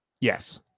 Yes